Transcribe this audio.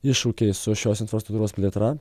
iššūkiai su šios infrastruktūros plėtra